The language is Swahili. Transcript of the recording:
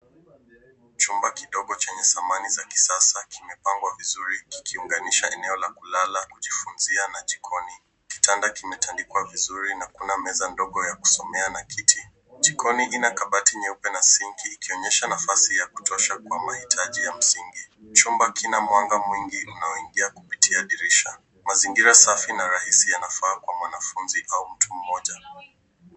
Chumba kidogo chenye samani za kisasa kimepangwa vizuri kikiunganisha eneo la kulala, kujifunzia na jikoni. Kitanda kimetandikwa vizuri na kuna meza ndogo ya kusomea na kiti. Jikoni ina kabati nyeupe na sinki, ikionyesha nafasi ya kutosha kwa mahitaji ya msingi. Chumba kina mwanga mwingi unaoingia kupitia dirisha. Mazingira safi na rahisi yanafaa kwa mwanafunzi au mtu mmoja.